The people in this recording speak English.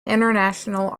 international